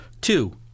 Two